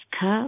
cup